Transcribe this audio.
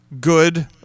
good